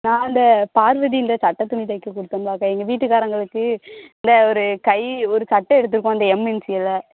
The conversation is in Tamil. நான் இந்த பார்வதின்ற சட்டை துணி தைக்க கொடுத்தம்ல இப்போ எங்கள் வீட்டுக்காரர்களுக்கு இந்த ஒரு கை ஒரு சட்டை எடுத்திருக்கோம் இந்த எம் இன்ஷியலில்